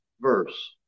verse